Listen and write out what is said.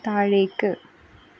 താഴേക്ക്